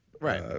Right